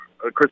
Chris